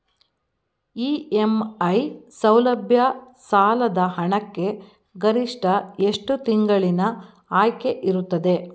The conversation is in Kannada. ಇ.ಎಂ.ಐ ಸೌಲಭ್ಯ ಸಾಲದ ಹಣಕ್ಕೆ ಗರಿಷ್ಠ ಎಷ್ಟು ತಿಂಗಳಿನ ಆಯ್ಕೆ ಇರುತ್ತದೆ?